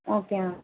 okay ma'am